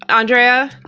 andrea?